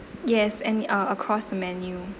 yes and uh across the menu